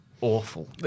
awful